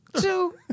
Two